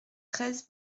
treize